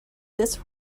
this